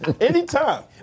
Anytime